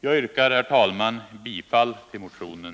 Jag yrkar, herr talman, bifall till motionen.